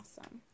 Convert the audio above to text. awesome